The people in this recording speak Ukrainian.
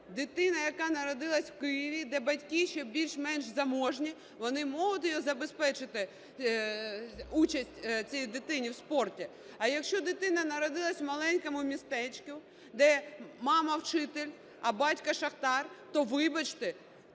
дитина, яка народилася у Києві, де батьки ще більш-менш заможні, вони можуть забезпечити участь цієї дитини в спорті. А якщо дитина народилася в маленькому містечку, де мама – вчитель, а батько – шахтар, то, вибачте,